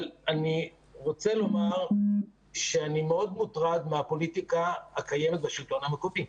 אבל אני רוצה לומר שאני מאוד מוטרד מהפוליטיקה הקיימת בשלטון המקומי.